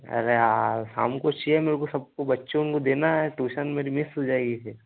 अरे यार शाम को चाहिए मेरे को सबको बच्चों को देना है ट्यूशन मेरी वेस्ट हो जाएगी फ़िर